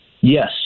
Yes